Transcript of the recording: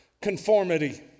conformity